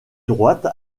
droite